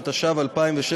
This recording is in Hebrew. התשע"ו 2016,